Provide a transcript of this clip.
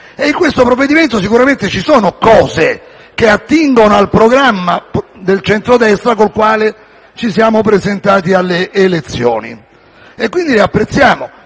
In questo provvedimento sicuramente ci sono cose che attingono al programma del centrodestra con il quale ci siamo presentati alle elezioni e quindi le apprezziamo.